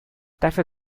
dafür